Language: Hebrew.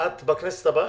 את בכנסת הבאה?